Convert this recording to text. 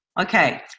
Okay